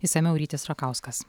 išsamiau rytis rakauskas